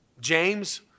James